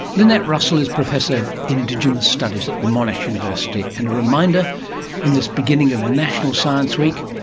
lynette russell is professor of indigenous studies at monash university, and a reminder in this beginning of national science week,